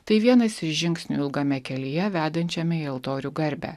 tai vienas iš žingsnių ilgame kelyje vedančiame į altorių garbę